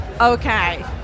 okay